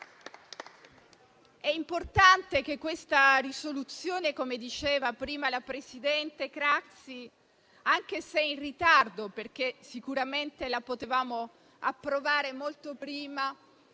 È importante che questa risoluzione - come diceva prima la presidente Craxi - anche se in ritardo, perché sicuramente la potevamo approvare molto prima,